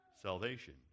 salvation